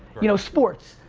you know, sports.